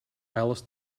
alice